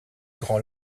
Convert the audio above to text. grand